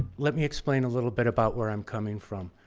let me explain a little bit about where i'm coming from.